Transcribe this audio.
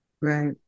Right